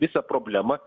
visą problemą